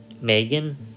Megan